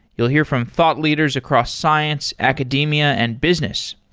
you'll hear from thought leaders across science, academia and business.